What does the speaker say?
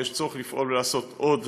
ויש צורך לפעול ולעשות עוד.